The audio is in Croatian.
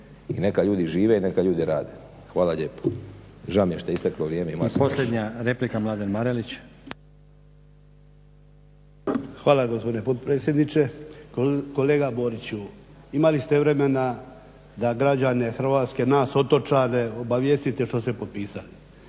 i neka ljudi žive i neka ljudi rade. Hvala lijepo. Žao mi je šta je isteklo vrijeme, ima sam još. **Stazić, Nenad (SDP)** I posljednja replika Mladen Marelić. **Marelić, Mladen (SDP)** Hvala gospodine potpredsjedniče. Kolega Boriću, imali ste vremena da građane Hrvatske, nas otočane obavijestite što ste potpisali